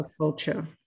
culture